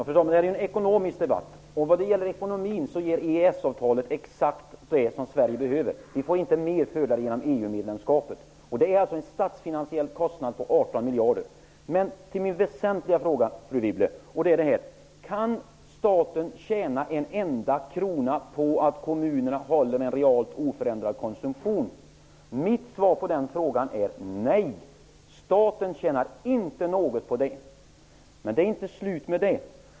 Fru talman! Detta är en ekonomisk debatt. När det gäller ekonomin ger EES-avtalet exakt vad Sverige behöver. Vi får inte mer genom EU-medlemskapet, som medför en finansiell kostnad på 18 miljarder. Min väsentliga fråga lyder: Kan staten tjäna en enda krona på att kommunerna har en realt oförändrad konsumtion? Mitt svar på den frågan är nej. Staten tjänar inte något. Men det är inte slut därmed.